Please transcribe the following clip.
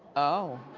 oh.